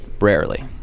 rarely